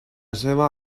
seva